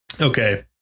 Okay